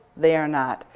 they are not,